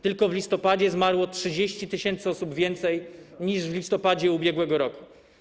Tylko w listopadzie zmarło 30 tys. osób więcej niż w listopadzie ub.r.